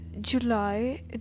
july